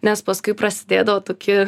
nes paskui prasidėdavo toki